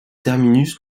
terminus